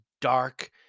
dark